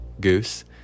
goose